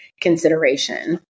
consideration